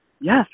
yes